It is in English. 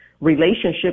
relationship